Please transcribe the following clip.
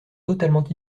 totalement